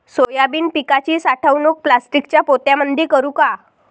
Soybean पिकाची साठवणूक प्लास्टिकच्या पोत्यामंदी करू का?